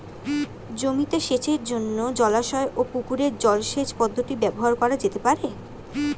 জমিতে সেচের জন্য জলাশয় ও পুকুরের জল সেচ পদ্ধতি ব্যবহার করা যেতে পারে?